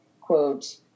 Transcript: quote